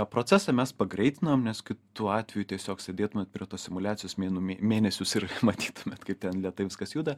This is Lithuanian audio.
procesą mes pagreitinom nes kitu atveju tiesiog sėdėtumėt prie tos simuliacijos mėnų mė mėnesius ir matytumėt kaip ten lėtai viskas juda